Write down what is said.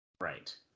Right